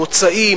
מוצאים,